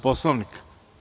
Poslovnika.